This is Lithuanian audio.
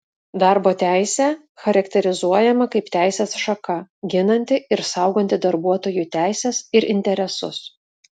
darbo teisė charakterizuojama kaip teisės šaka ginanti ir sauganti darbuotojų teises ir interesus